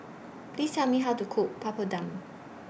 Please Tell Me How to Cook Papadum